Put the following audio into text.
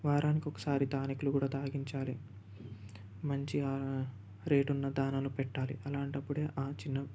వారానికి ఒకసారి టానికులు కూడా తాగించాలి మంచిగా రేటు ఉన్న దాణలు పెట్టాలి అలాంటి అప్పుడే ఆ చిన్న